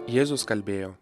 jėzus kalbėjo